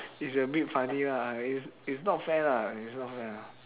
it's a bit funny lah I mean it's it's not fair lah it's not fair